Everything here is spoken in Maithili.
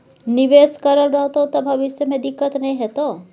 निवेश करल रहतौ त भविष्य मे दिक्कत नहि हेतौ